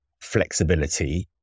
flexibility